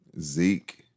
Zeke